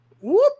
Whoop